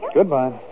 Goodbye